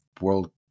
World